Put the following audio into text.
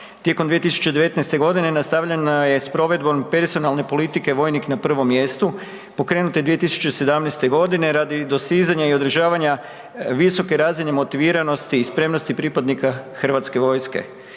Tijekom 2019.g. nastavljena je s provedbom personalne politike „vojnik na prvom mjestu“, pokrenuta je 2017.g. radi dosizanja i održavanja visoke razine motiviranosti i spremnosti pripadnika HV-a.